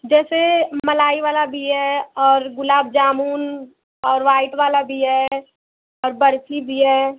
जैसे मलाई वाला भी है और गुलाब जामुन और वाइट वाला भी है और बर्फी भी है